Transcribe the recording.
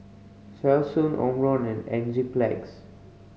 Selsun Omron and Enzyplex